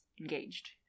engaged